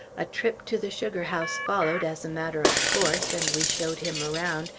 a trip to the sugar-house followed, as a matter of course, and we showed him around,